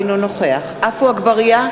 אינו נוכח עפו אגבאריה,